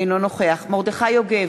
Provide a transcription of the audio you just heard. אינו נוכח מרדכי יוגב,